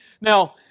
Now